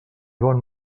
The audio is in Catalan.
bon